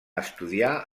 estudiar